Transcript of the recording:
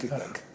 אל תדאג.